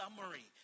summary